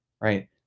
right